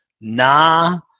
nah